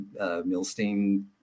Milstein